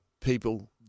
people